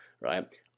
right